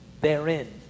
Therein